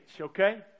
okay